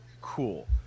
Cool